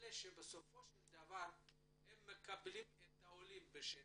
זו שבסופו של דבר מקבלת את העולים בשטח,